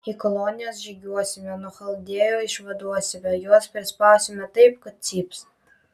į kolonijas žygiuosime nuo chaldėjų išvaduosime juos prispausime taip kad cyps